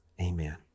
amen